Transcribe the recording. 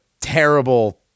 terrible